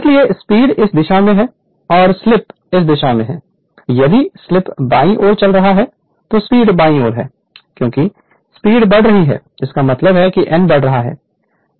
इसीलिए स्पीड इस दिशा में है और स्लिप यह इस दिशा में है यदि स्लिप बायीं ओर से चल रही है और स्पीड बायीं ओर है क्योंकि स्पीड बढ़ रही है इसका मतलब है कि n बढ़ रहा है